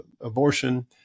Abortion